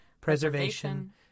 preservation